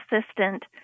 assistant